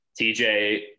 TJ